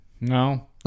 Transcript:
No